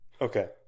Okay